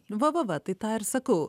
va va va tai tą ir sakau